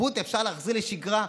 תרבות אפשר להחזיר לשגרה,